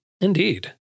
Indeed